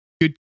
good